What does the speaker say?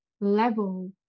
level